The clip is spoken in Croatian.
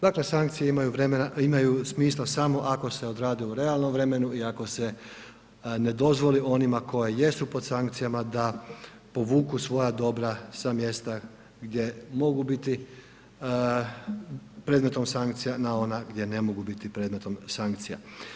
Dakle, sankcije imaju vremena, a imaju smisla samo ako se odrade u realnom vremenu i ako se ne dozvoli onima koja jesu pod sankcijama da povuku svoja dobra sa mjesta gdje mogu biti predmetom sankcija na ona gdje ne mogu biti predmetom sankcija.